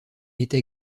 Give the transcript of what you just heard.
était